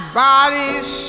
bodies